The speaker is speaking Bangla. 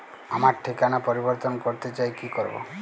আমার ঠিকানা পরিবর্তন করতে চাই কী করব?